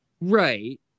Right